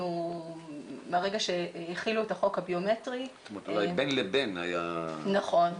מהרגע שהחילו את החוק הביומטרי --- אולי בין לבין היה --- נכון.